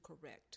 correct